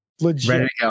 Legit